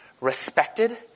respected